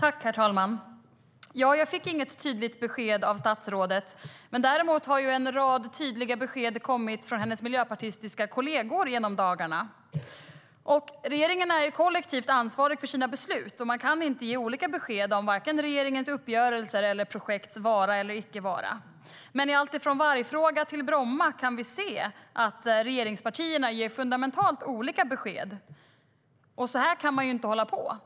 Herr talman! Jag fick inget tydligt besked av statsrådet. Däremot har en rad tydliga besked kommit från hennes miljöpartistiska kolleger den senaste tiden. Regeringen är ju kollektivt ansvarig för sina beslut och kan inte ge olika besked om vare sig regeringens uppgörelser eller om projekts vara eller icke vara. Men i alltifrån vargfrågan till Bromma ger regeringspartierna fundamentalt olika besked. Så här kan man inte hålla på.